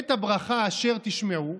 את הברכה אשר תשמעו"